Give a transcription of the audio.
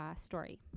story